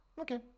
Okay